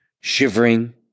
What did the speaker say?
shivering